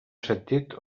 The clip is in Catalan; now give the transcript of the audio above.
sentit